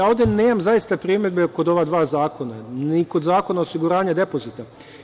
Ovde nemam zaista primedbe kod ova dva zakona, ni kod Zakona o osiguranju depozita.